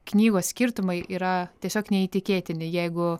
knygos skirtumai yra tiesiog neįtikėtini jeigu